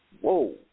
Whoa